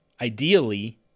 Ideally